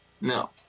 No